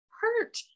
hurt